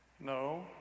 no